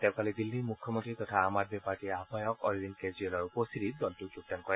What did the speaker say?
তেওঁ কালি দিল্লীৰ মুখ্যমন্ত্ৰী তথা আম আদমী পাৰ্টীৰ আহায়ক অৰবিন্দ কেজৰিৱালৰ উপিস্থিতিত দলটোত যোগদান কৰে